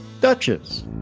Duchess